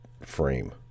frame